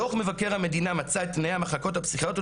דוח מבקר המדינה מצא את תנאי המחלקות הפסיכיאטריות